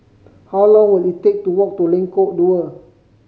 how long will it take to walk to Lengkok Dua